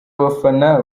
abafana